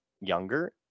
younger